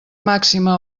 màxima